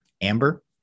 amber